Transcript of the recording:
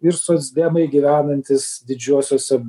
ir socdemai gyvenantys didžiuosiuose